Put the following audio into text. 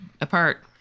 apart